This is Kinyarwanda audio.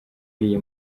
iyi